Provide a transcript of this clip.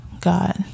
God